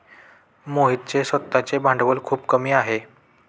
मोहितचे स्वतःचे भांडवल खूप कमी आहे